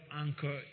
anchor